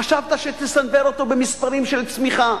חשבת שתסנוור אותו במספרים של צמיחה,